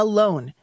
Alone